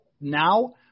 now